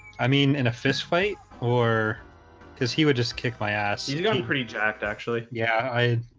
i mean in a fistfight or because he would just kick my ass. he's done pretty jacked actually. yeah, i